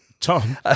Tom